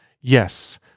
Yes